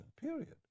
period